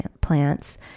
plants